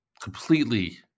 completely